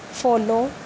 follow